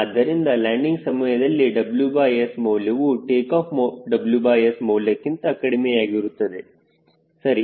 ಆದ್ದರಿಂದ ಲ್ಯಾಂಡಿಂಗ್ ಸಮಯದಲ್ಲಿ WS ಮೌಲ್ಯವು ಟೇಕಾಫ್ WS ಮೌಲ್ಯಕ್ಕಿಂತ ಕಡಿಮೆಯಾಗಿರುತ್ತದೆ ಸರಿ